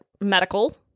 medical